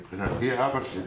מבחינתי אבא שלי,